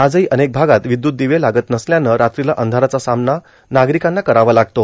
आजहो अनेक भागात र्वदयूत र्दिवे लागत नसल्यानं रात्रीला अंधाराचा सामना नार्गारकांना करावा लागतो